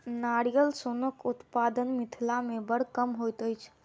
नारियल सोनक उत्पादन मिथिला मे बड़ कम होइत अछि